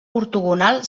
ortogonal